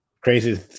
crazy